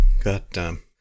Goddamn